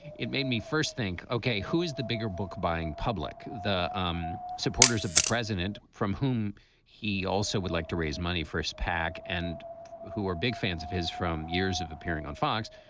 it made me first think, ok, who is the bigger book buying public? the um supporters of the president, from whom he also would like to raise money for his pac and who are big fans of his from years of appearing on fox.